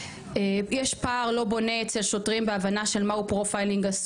יש פער לא בונה אצל שוטרים בהבנה של מהו פרופיילינג.